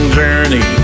journey